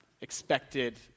expected